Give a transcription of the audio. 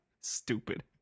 Stupid